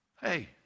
Hey